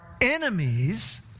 enemies